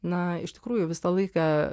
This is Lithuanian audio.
na iš tikrųjų visą laiką